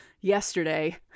yesterday